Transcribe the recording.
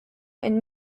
and